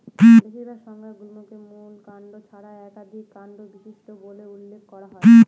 বেশিরভাগ সংজ্ঞায় গুল্মকে মূল কাণ্ড ছাড়া একাধিক কাণ্ড বিশিষ্ট বলে উল্লেখ করা হয়